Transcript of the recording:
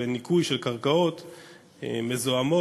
זאת התשומה